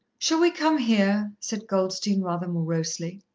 shall we come here? said goldstein rather morosely.